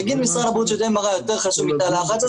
יגיד משרד הבריאות ש-MRI יותר חשוב מתא לחץ,